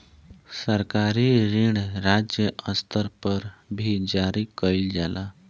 सरकारी ऋण राज्य स्तर पर भी जारी कईल जाला